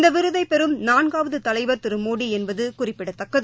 இந்தவிருதைபெரும் நான்காவதுதலைவர் திருமோடிஎன்பதுகுறிப்பிடத்தக்கது